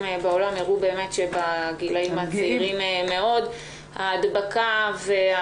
בעולם הראו שבגילאים הצעירים מאוד ההדבקה גם